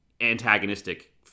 antagonistic